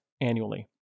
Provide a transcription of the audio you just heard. annually